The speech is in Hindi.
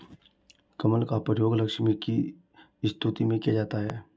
कमल का प्रयोग लक्ष्मी की स्तुति में किया जाता है